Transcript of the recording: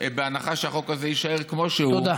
בהנחה שהחוק הזה יישאר כמו שהוא, תודה.